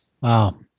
Wow